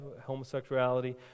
homosexuality